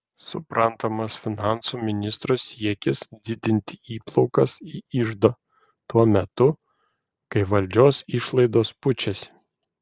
suprantamas finansų ministro siekis didinti įplaukas į iždą tuo metu kai valdžios išlaidos pučiasi